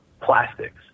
plastics